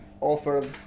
offered